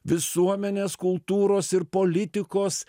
visuomenės kultūros ir politikos